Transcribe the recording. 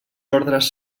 ordres